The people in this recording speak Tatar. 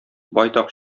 байтак